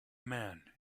man